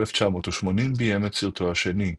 ב-1980 ביים את סרטו השני,